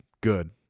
good